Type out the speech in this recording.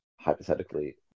hypothetically